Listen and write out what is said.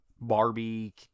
barbie